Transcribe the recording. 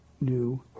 new